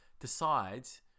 decides